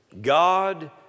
God